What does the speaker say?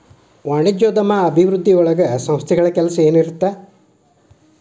ವಾಣಿಜ್ಯೋದ್ಯಮ ಅಭಿವೃದ್ಧಿಯೊಳಗ ಸಂಸ್ಥೆಗಳ ಕೆಲ್ಸ ಏನಿರತ್ತ